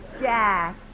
Jack